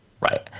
Right